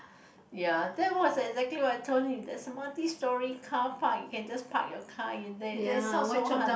ya that was exactly what I told him there's a multi storey carpark you can just park your car in there that is not so hard